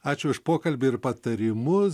ačiū už pokalbį ir patarimus